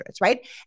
right